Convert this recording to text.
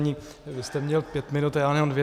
Vy jste měl pět minut, já jenom dvě.